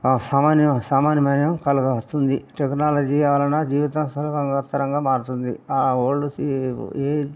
అసామాన్య అసామాన్యమైన కలుగజేస్తుంది టెక్నాలజీ వలన జీవితం సులభతరంగా మారుతుంది ఆ ఓల్డు సి ఏ